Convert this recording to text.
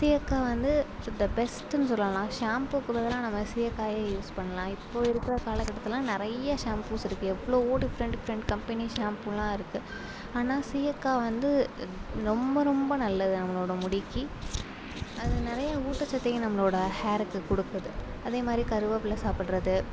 சீயக்காய் வந்து to the பெஸ்ட்டுன்னு சொல்லலாம் ஷேம்புக்கு பதிலாக நம்ம சீயக்காயே யூஸ் பண்ணலாம் இப்போது இருக்கிற காலகட்டத்திலெலாம் நிறைய ஷேம்புஸ் இருக்குது எவ்வளோவோ டிஃப்ரெண்ட் டிஃப்ரெண்ட் கம்பெனி ஷேம்புவெலாம் இருக்குது ஆனால் சீயக்காய் வந்து ரொம்ப ரொம்ப நல்லது நம்மளோடய முடிக்கு அது நிறையா ஊட்டச்சத்தையும் நம்மளோடய ஹேர்க்கு கொடுக்குது அதேமாதிரி கருவேப்பிலை சாப்பிட்றது